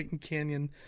canyon